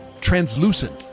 translucent